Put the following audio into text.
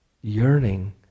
yearning